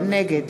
נגד